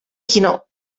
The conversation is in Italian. chinò